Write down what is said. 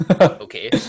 Okay